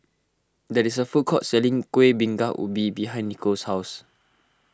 there is a food court selling Kueh Bingka Ubi behind Nico's house